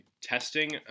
testing